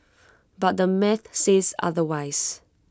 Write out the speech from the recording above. but the math says otherwise